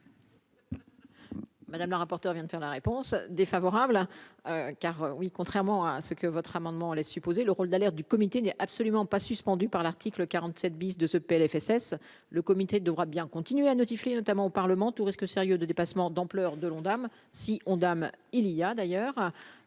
Madame la rapporteure vient de faire la réponse défavorable car oui, contrairement à ce que votre amendement laisse supposer le rôle d'alerte du comité n'est absolument pas suspendu par l'article 47 bis de ce PLFSS le comité devra bien continuer à notifier, notamment au Parlement tout risque sérieux de dépassement d'ampleur de l'Ondam si on dames, il y a d'ailleurs